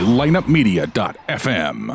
lineupmedia.fm